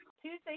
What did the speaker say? Tuesday